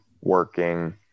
working